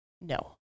No